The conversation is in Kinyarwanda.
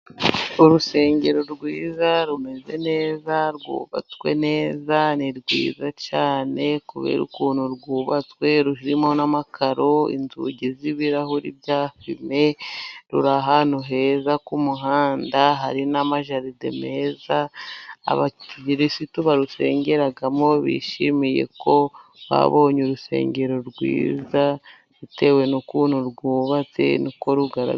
urusengero rwiza, rumeze neza rwubatswe neza, ni rwiza cyane. Kubera ukuntu rwubatswe rurimo n'amakaro, inzugi z'ibirahuri bya fime, ruri ahantu heza h'umuhanda. Hari n'amajaride meza. Abakirisitu barusengeramo bishimiye ko babonye urusengero rwiza bitewe n'ukuntu rwubatse n'uko rugaragara.